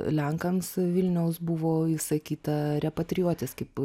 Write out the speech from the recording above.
lenkams vilniaus buvo įsakyta repatrijuotis kaip